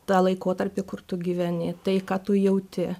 tą laikotarpį kur tu gyveni tai ką tu jauti